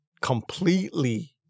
completely